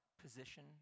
position